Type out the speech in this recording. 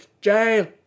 jail